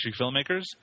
filmmakers